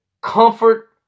comfort